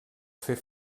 fer